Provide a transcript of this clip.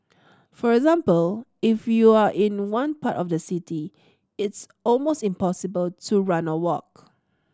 for example if you are in one part of the city it's almost impossible to run or walk